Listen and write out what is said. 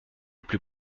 plus